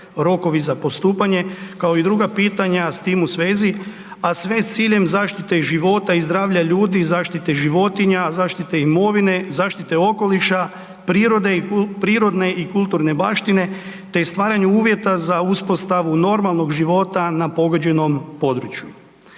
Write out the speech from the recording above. rokovi za postupanje, kao i druga pitanja s tim u svezi, a sve s ciljem zaštite života i zdravlja ljudi i zaštite životinja, zaštite imovine, zaštite okoliša, prirodne i kulturne baštine, te stvaranju uvjeta za uspostavu normalnog života na pogođenom području.